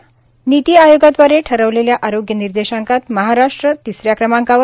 त निती आयोगादवारे ठरवलेल्या आरोग्य निर्देशांकात महाराष्ट्र तिसऱ्या क्रमांकावर